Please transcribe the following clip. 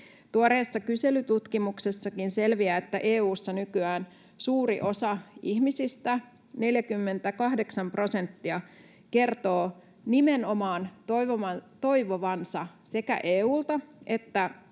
Tuoreessa kyselytutkimuksessakin selviää, että EU:ssa nykyään suuri osa ihmisistä, 48 prosenttia, kertoo nimenomaan toivovansa sekä EU:lta että